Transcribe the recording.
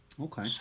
Okay